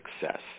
success